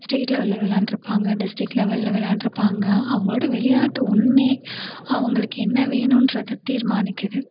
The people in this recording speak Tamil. ஸ்டேட் லெவல்ல விளையாண்டுருப்பாங்க டிஸ்டிரிக் லெவல்ல விளையாண்டுருப்பாங்க அவங்களோட விளையாட்டு ஒன்றே அவங்களுக்கு என்ன வேணுன்றதை தீர்மானிக்குது